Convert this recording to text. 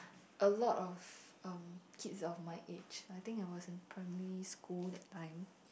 a lot of um kids on my age I think I was in primary school that time